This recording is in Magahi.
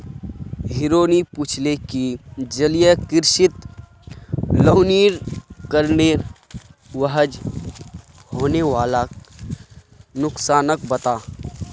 रोहिणी पूछले कि जलीय कृषित लवणीकरनेर वजह होने वाला नुकसानक बता